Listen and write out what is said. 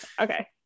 Okay